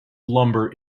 lumber